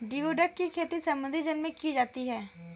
geoduck की खेती समुद्री जल में की जाती है